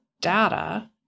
data